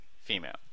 female